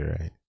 right